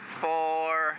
four